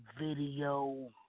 Video